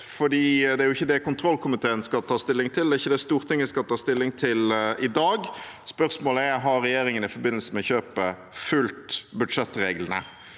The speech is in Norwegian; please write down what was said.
det er jo ikke det kontrollkomiteen skal ta stilling til, det er ikke det Stortinget skal ta stilling til i dag. Spørsmålet er: Har regjerin gen i forbindelse med kjøpet fulgt budsjettreglene?